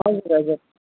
हजुर हजुर